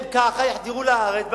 הם כך יחדרו לארץ בהמוניהם.